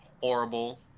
horrible